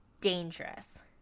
dangerous